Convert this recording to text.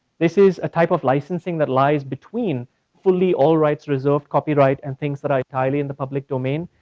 this is a type of licensing that lies between fully all rights reserved copyright and things that are entirely in the public domain.